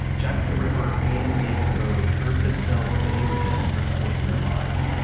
jack the ripper and david bowie heard this bell daily at some point in their lives.